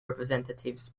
representatives